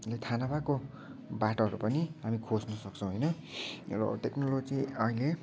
ले थाह नभएको बाटोहरू पनि हामी खोज्न सक्छौँ होइन र टेक्नोलोजी अहिले